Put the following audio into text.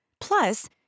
Plus